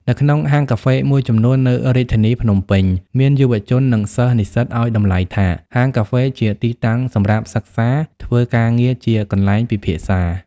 នៅក្នុងហាងកាហ្វេមួយចំនួន នៅរាជធានីភ្នំពេញ មានយុវជន និងសិស្ស-និស្សិតឱ្យតំលៃថា ហាងកាហ្វេជាទីតាំងសម្រាប់សិក្សា ធ្វើការងារជាកន្លែងពិភាក្សា។